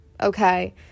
okay